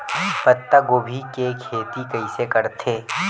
पत्तागोभी के खेती कइसे करथे?